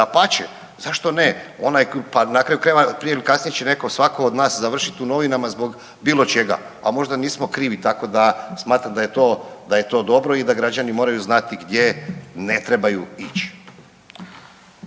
zašto ne? Onaj, pa na kraju krajeva, prije ili kasnije će netko, svatko od nas završiti u novinama zbog bilo čega. A možda nismo krivi, tako da, smatram da je to dobro i da građani moraju znati gdje ne trebaju ići.